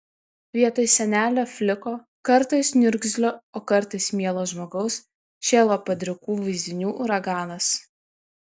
vietoj senelio fliko kartais niurgzlio o kartais mielo žmogaus šėlo padrikų vaizdinių uraganas